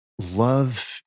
love